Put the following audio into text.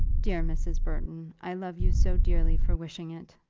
dear mrs. burton, i love you so dearly for wishing it!